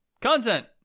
content